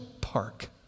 Park